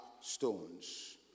stones